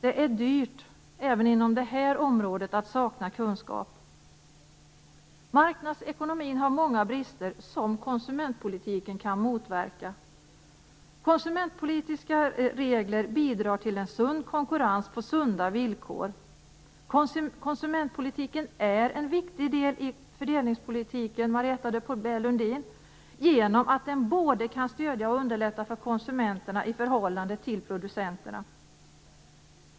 Det är dyrt även inom det här området att sakna kunskap. Marknadsekonomin har många brister som konsumentpolitiken kan motverka. Konsumentpolitiska regler bidrar till en sund konkurrens på sunda villkor. Konsumentpolitiken är en viktig del av fördelningspolitiken, Marietta de Porbaix-Lundin, genom att den både kan stödja och underlätta för konsumenterna i förhållande till producenterna.